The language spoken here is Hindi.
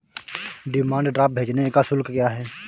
डिमांड ड्राफ्ट भेजने का शुल्क क्या है?